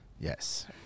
Yes